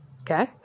Okay